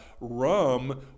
rum